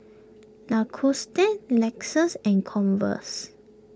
Lacoste Lexus and Converse